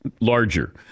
larger